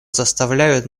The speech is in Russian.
заставляют